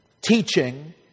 teaching